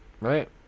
right